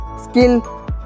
skill